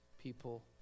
people